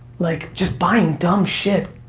like just buying dumb shit,